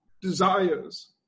desires